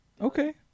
Okay